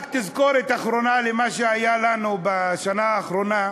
רק תזכורת אחרונה למה שהיה לנו בשנה האחרונה.